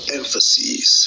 emphasis